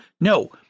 No